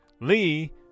Lee